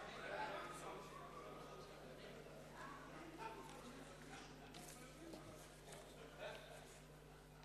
הצעת הסיכום שהביא חבר הכנסת זאב אלקין נתקבלה.